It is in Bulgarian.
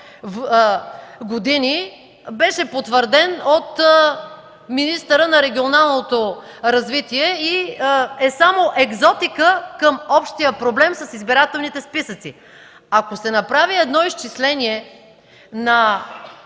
години беше потвърден от министъра на регионалното развитие и благоустройството и е само екзотика към общия проблем с избирателните списъци. Ако се направи изчисление на